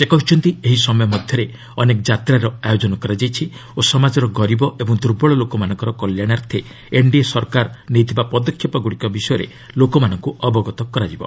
ସେ କହିଛନ୍ତି ଏହି ସମୟ ମଧ୍ୟରେ ଅନେକ ଯାତ୍ରାର ଆୟୋଜନ କରାଯାଇଛି ଓ ସମାଜର ଗରିବ ଏବଂ ଦୂର୍ବଳ ଲୋକମାନଙ୍କ କଲ୍ୟାଣାର୍ଥେ ଏନ୍ଡିଏ ସରକାର ନେଇଥିବା ପଦକ୍ଷେପଗୁଡ଼ିକ ବିଷୟରେ ଲୋକମାନଙ୍କୁ ଅବଗତ କରାଇଥିଲେ